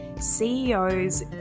CEOs